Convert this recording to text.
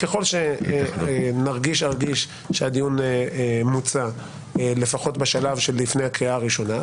ככל שנרגיש שהדיון מוצה לפחות בשלב של לפני הקריאה הראשונה,